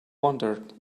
wondered